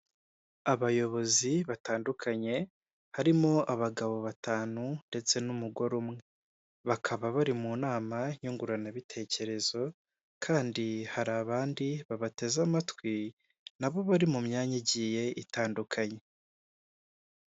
Abayobozi batandukanye, harimo abagabo batanu ndetse n'umugore umwe, bakaba bari mu nama nyunguranabitekerezo, kandi hari abandi babateze amatwi nabo bari mu myanya igiye itandukanye.